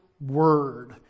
word